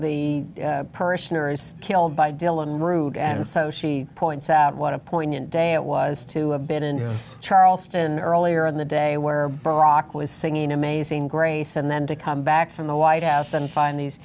the parishioners killed by dylan root and so she points out what a poignant day it was to a bit in charleston earlier in the day where brock was singing amazing grace and then to come back from the white house and find these